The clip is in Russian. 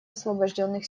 освобожденных